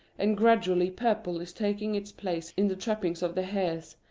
and gradually purple is taking its place in the trappings of the hearse,